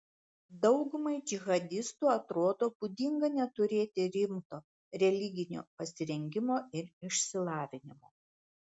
daugumai džihadistų atrodo būdinga neturėti rimto religinio pasirengimo ir išsilavinimo